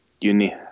unique